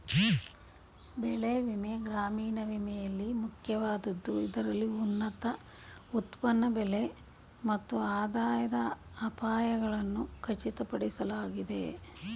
ಬೆಳೆ ವಿಮೆ ಗ್ರಾಮೀಣ ವಿಮೆಯಲ್ಲಿ ಮುಖ್ಯವಾದದ್ದು ಇದರಲ್ಲಿ ಉತ್ಪನ್ನ ಬೆಲೆ ಮತ್ತು ಆದಾಯದ ಅಪಾಯಗಳನ್ನು ಖಚಿತಪಡಿಸಲಾಗಿದೆ